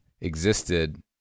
existed